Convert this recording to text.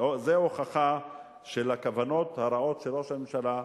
זו הוכחה של הכוונות הרעות של ראש הממשלה,